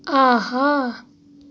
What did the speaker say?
آہا